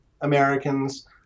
Americans